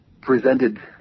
presented